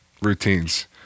routines